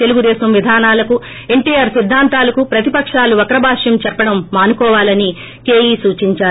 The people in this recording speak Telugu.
తెలుగుదేశం విధానాలకు ఎన్షీఆర్ సిద్ధాంతాలకు ప్రతిపకాలు వక్రభాష్యం చెప్పడం మానుకొవాలని కేఈ సూచించారు